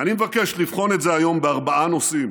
ואני מבקש לבחון את זה היום בארבעה נושאים: